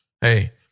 Hey